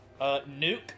Nuke